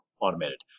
automated